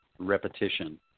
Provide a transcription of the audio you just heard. Repetition